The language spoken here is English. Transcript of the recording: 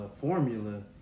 formula